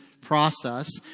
process